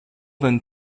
then